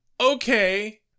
Okay